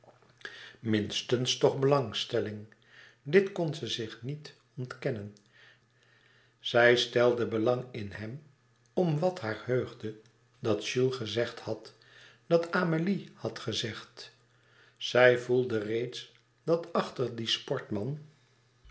minstens toch belangstelling dit kon ze zich niet ontkennen zij stelde belang in hem om wat haar heugde dat jules gezegd had dat amélie had gezegd zij voelde reeds dat achter dien sportman